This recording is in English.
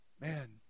Man